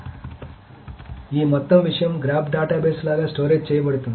కాబట్టి ఈ మొత్తం విషయం గ్రాఫ్ డేటాబేస్ లాగా స్టోరేజ్ చేయబడుతుంది